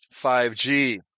5G